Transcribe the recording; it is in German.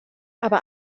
aber